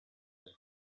del